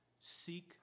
seek